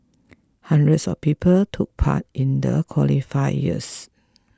hundreds of people took part in the qualifiers